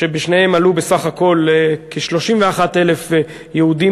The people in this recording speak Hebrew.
שבשניהם עלו בסך הכול כ-31,000 יהודים